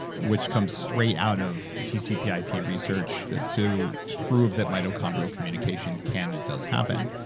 which comes straight out of tcpip research, to provide that mitochondrial communication can and does happen.